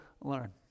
learn